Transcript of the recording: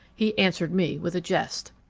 he answered me with a jest.